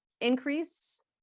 increase